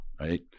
right